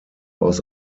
aus